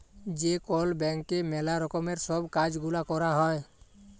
যে কল ব্যাংকে ম্যালা রকমের সব কাজ গুলা ক্যরা হ্যয়